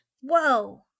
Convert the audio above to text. whoa